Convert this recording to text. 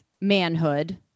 manhood